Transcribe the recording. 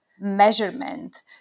measurement